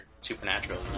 supernatural